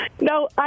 No